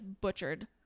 butchered